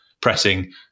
pressing